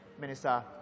Minister